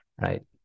Right